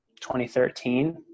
2013